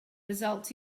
results